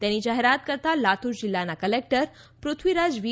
તેની જાહેરાત કરતા લાતૂર જિલ્લાના કલેક્ટર પૃથ્વીરાજ વી